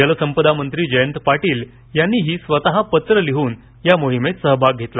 जलसंपदा मंत्री जयंत पाटील यांनीही स्वतः पत्र लिहून या मोहिमेत सहभाग घेतला